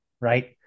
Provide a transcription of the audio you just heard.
right